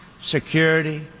security